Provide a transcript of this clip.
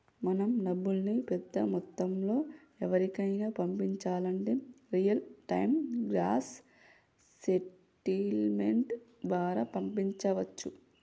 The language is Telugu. మనం డబ్బుల్ని పెద్ద మొత్తంలో ఎవరికైనా పంపించాలంటే రియల్ టైం గ్రాస్ సెటిల్మెంట్ ద్వారా పంపించవచ్చు